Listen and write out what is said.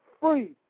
Free